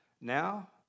Now